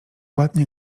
ładnie